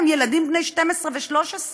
הם ילדים בני 12 ו-13,